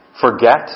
forget